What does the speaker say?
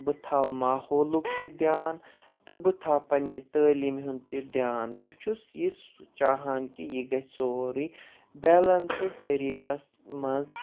بہٕ تھاو ماحولُک تہِ دیان تہٕ بہٕ تھاو پنٕنہِ تٲلیٖم ہُنٛد تہِ دیان بہٕ چھُس یہِ چاہان کہِ یہِ گَژھِ سورُے بیلَنسٕڈ طٔریٖقَس منٛز